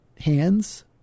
hands